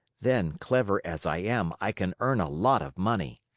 then, clever as i am, i can earn a lot of money.